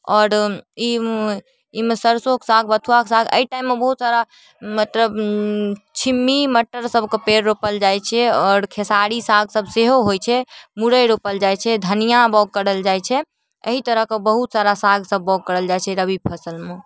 आओर ई ई मे सरसोके साग बथुआके साग अइ टाइममे बहुत सारा मतलब छिम्मी मटर सबके पेड़ रोपल जाइ छै आओर खेसारी साग सब सेहो होइ छै मुरै रोपल जाइ छै धनिआँ बओग करल जाइ छै एहि तरहके बहुत सारा साग सब बाओग करल जाइ छै रवि फसलमे